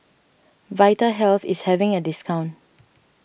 Vitahealth is having a discount